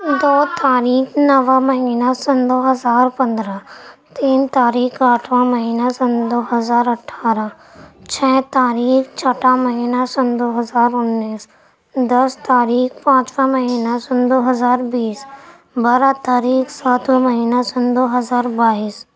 دو تاریخ نواں مہینہ سن دو ہزار پندرہ تین تاریخ آٹھواں مہینہ سن دو ہزار اٹھارہ چھ تاریخ چھٹا مہینہ سن دو ہزار انیس دس تاریخ پانچواں مہینہ سن دو ہزار بیس بارہ تاریخ ساتواں مہینہ سن دو ہزار بائیس